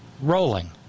rolling